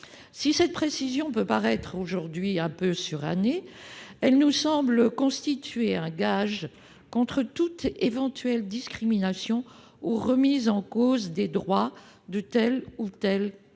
Si cette précision peut paraître aujourd'hui un peu surannée, elle nous semble toutefois constituer un gage contre toute éventuelle discrimination ou remise en cause des droits de telle ou telle